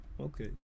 Okay